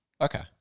Okay